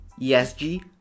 ESG